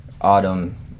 Autumn